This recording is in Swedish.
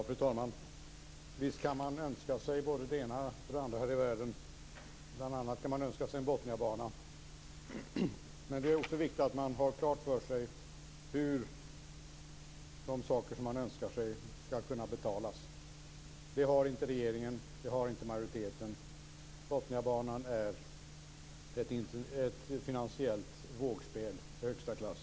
Fru talman! Visst kan man önska sig både det ena och det andra här i världen, bl.a. en Botniabana. Men det är också viktigt att man har klart för sig hur de saker som man önskar sig skall kunna betalas. Det har inte regeringen och inte majoriteten. Botniabanan är ett finansiellt vågspel i högsta klass.